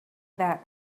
that